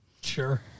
sure